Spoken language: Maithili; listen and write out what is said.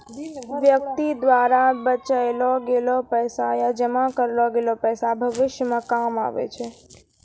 व्यक्ति द्वारा बचैलो गेलो पैसा या जमा करलो गेलो पैसा भविष्य मे काम आबै छै